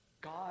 God